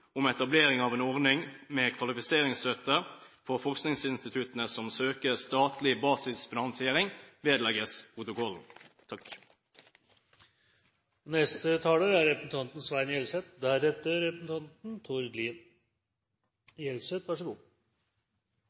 om etablering av en ordning med kvalifiseringsstøtte for forskningsinstituttene som søker statlig basisfinansiering, vedlegges protokollen.